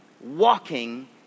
Walking